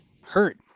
hurt